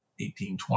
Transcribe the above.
1820